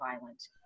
violent